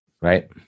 Right